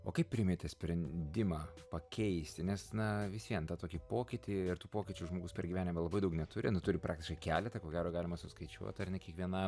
o kaip priėmėte sprendimą pakeisti nes na vis vien tą tokį pokytį ir tų pokyčių žmogus per gyvenimą labai daug neturi nu turi praktiškai keletą ko gero galima suskaičiuot ar ne kiekvieną